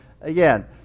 again